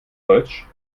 deutsch